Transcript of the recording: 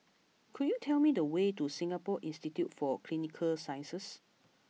could you tell me the way to Singapore Institute for Clinical Sciences